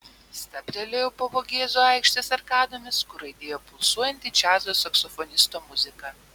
stabtelėjau po vogėzų aikštės arkadomis kur aidėjo pulsuojanti džiazo saksofonisto muzika